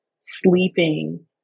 sleeping